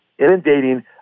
inundating